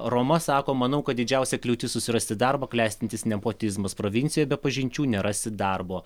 roma sako manau kad didžiausia kliūtis susirasti darbą klestintis nepotizmas provincijoj be pažinčių nerasi darbo